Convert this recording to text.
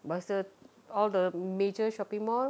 masa all the major shopping mall